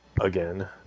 again